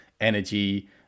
energy